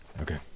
Okay